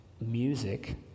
music